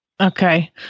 Okay